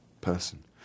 person